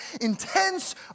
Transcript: intense